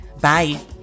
Bye